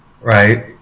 right